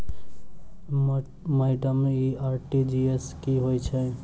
Madam इ RTGS की होइ छैय?